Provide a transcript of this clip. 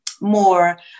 more